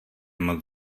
moc